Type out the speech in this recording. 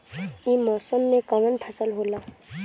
ई मौसम में कवन फसल होला?